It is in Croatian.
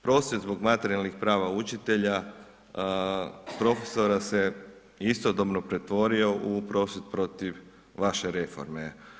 Prosvjed zbog materijalnih prava učitelja, profesora se istodobno pretvorio u prosvjed protiv vaše reforme.